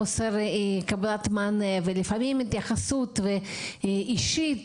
חוסר קבלת מענה ולפעמים התייחסות אישית